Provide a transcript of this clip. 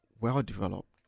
well-developed